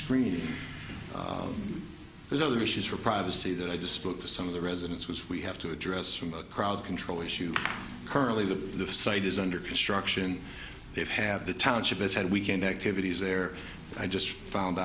screening and there's other issues for privacy that i just spoke to some the residence was we have to address from a crowd control issue currently the site is under construction it had the township it had weekend activities there i just found